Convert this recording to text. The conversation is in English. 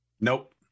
Nope